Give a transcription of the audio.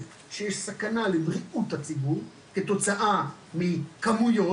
שיש סכנה לבריאות הציבור כתוצאה מכמויות,